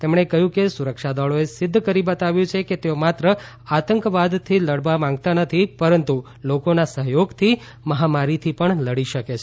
તેમણે કહ્યુંકે સુરક્ષાદળોએ સિધ્ધ કરી બતાવ્યું છે કે તેઓ માત્ર આતંકવાતથી લડવા નથી માંગતા પરંતુ લોકોના સહયોગથી મહામારીથી પણ લડી શકે છે